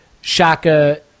Shaka